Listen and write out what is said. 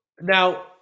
Now